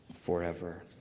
forever